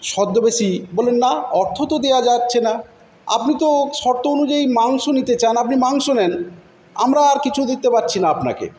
ছদ্মবেশী বললেন না অর্থ তো দেওয়া যাচ্ছে না আপনি তো শর্ত অনুযায়ী মাংস নিতে চান আপনি মাংস নেন আমরা আর কিছু দিতে পারছি না আপনাকে